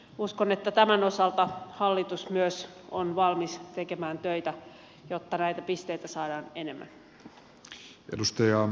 uskon että tämän osalta hallitus myös on valmis tekemään töitä jotta näitä pisteitä saadaan enemmän